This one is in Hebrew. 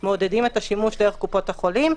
מעודדים את השימוש דרך קופות החולים.